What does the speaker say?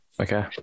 Okay